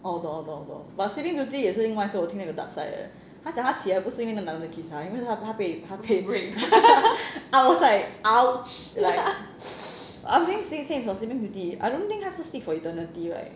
oh 我懂我懂我懂 but sleeping beauty 也是另外一个我听到有 dark side 的她讲她起来不是因为那个男的 kiss 她是她被她被 raped I was like !ouch! like I think same same for sleeping beauty I don't think 她是 sleep for eternity right